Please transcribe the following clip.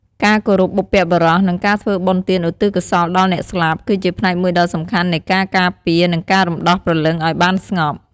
ការគោរពបុព្វបុរស និងការធ្វើបុណ្យទានឧទ្ទិសកុសលដល់អ្នកស្លាប់ គឺជាផ្នែកមួយដ៏សំខាន់នៃការការពារ និងការរំដោះព្រលឹងឱ្យបានស្ងប់។